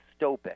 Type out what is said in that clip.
dystopic